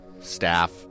staff